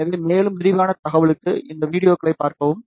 எனவே மேலும் விரிவான தகவலுக்கு இந்த வீடியோக்களைப் பார்க்கவும்